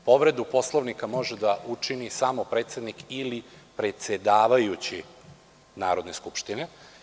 Povredu Poslovnika može da učini samo predsednik ili predsedavajući Narodne skupštine.